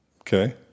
Okay